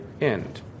end